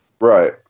Right